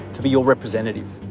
to be your representative,